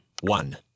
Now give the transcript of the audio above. one